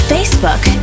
Facebook